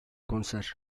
konser